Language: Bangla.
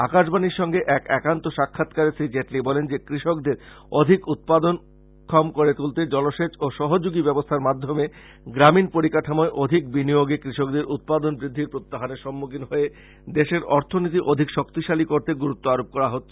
আকাশবানীর সংগে এক একান্ত সাক্ষাৎকারে শ্রী জেটলী বলেন যে কৃষকদের অধিক উৎপাদন সক্ষম করে তুলতে জলসেচ ও সহযোগী ব্যবস্থার মাধ্যমে গ্রামীন পরিকাঠামোয় অধিক বিনিয়োগে কৃষকদের উৎপাদন বৃদ্ধির প্রত্যাহ্বানের সম্মুখীন হয়ে দেশের অর্থনীতি অধিক শক্তিশালী করতে গুরুত্ব আরোপ করা হয়েছে